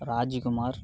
Rajukumar